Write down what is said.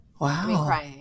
Wow